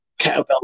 kettlebell